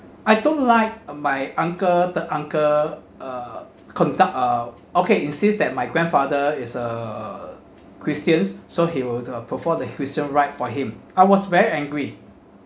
I don't like my uncle the uncle uh conduct uh okay insist that my grandfather is a christian so he will uh perform the christian rite for him I was very angry